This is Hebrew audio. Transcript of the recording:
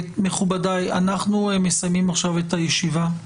מכובדיי, אנחנו מסיימים עכשיו את הישיבה,